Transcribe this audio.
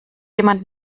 jemand